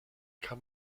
kann